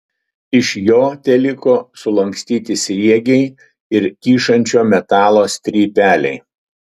iš jo teliko sulankstyti sriegiai ir kyšančio metalo strypeliai